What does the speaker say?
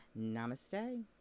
namaste